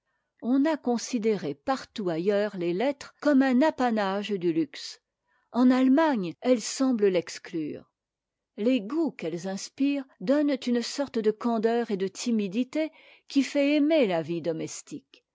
on a considéré partout ailleurs les lettres comme un apanage du luxe en allemagne elles semblent l'exclur e les goûts qu'elles inspirent donnent une sorte de candeur et de timidité qui fait aimer la vie domestique